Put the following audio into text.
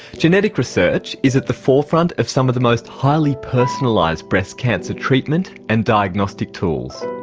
genetic research is at the forefront of some of the most highly personalised breast cancer treatment and diagnostic tools.